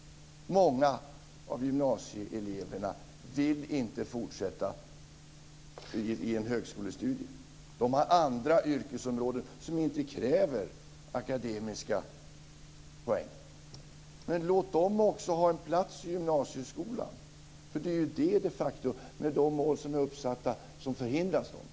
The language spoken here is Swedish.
Många av gymnasieeleverna vill inte fortsätta till högskolestudier. De har andra yrkesområden som inte kräver akademiska poäng. Låt också dem ha en plats i gymnasieskolan. Med de mål som är uppsatta förhindras de att ha det.